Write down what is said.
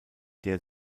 der